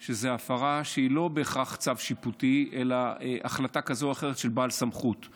של הפרה לא בהכרח של צו שיפוטי אלא של החלטה כזו או אחרת של בעל סמכות.